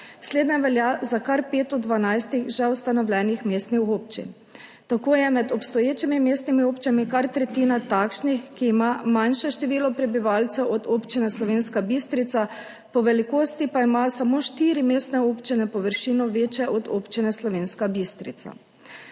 Slednje velja za kar pet od dvanajstih že ustanovljenih mestnih občin. Tako je med obstoječimi mestnimi občinami kar tretjina takšnih, ki ima manjše število prebivalcev od občine Slovenska Bistrica, po velikosti pa imajo samo štiri mestne občine površino večjo od občine Slovenska Bistrica.